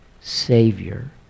Savior